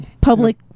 public